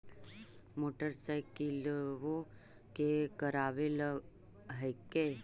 मोटरसाइकिलवो के करावे ल हेकै?